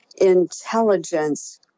intelligence